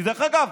דרך אגב,